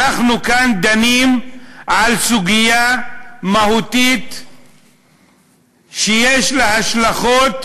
אנחנו כאן דנים על סוגיה מהותית שיש לה השלכות